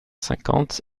cinquante